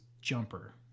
Jumper